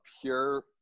pure